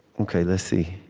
ok, let's see.